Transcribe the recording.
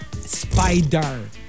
spider